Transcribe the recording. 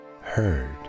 heard